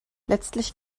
letztlich